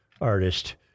artist